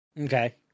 Okay